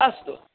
अस्तु